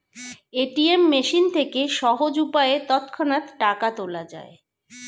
ATM machine থেকে সহজ উপায়ে তৎক্ষণাৎ টাকা তোলা যায়